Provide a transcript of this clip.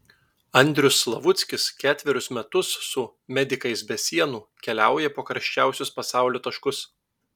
andrius slavuckis ketverius metus su medikais be sienų keliauja po karščiausius pasaulio taškus